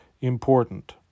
important